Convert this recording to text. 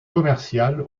commerciale